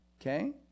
okay